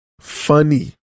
Funny